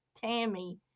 tammy